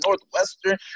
Northwestern